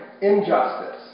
Injustice